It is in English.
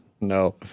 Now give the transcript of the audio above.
No